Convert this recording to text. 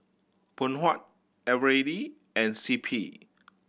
Phoon Huat Eveready and C P